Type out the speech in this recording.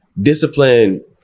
discipline